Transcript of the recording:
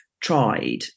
tried